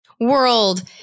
world